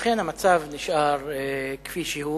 ולכן המצב נשאר כפי שהוא.